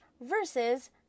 versus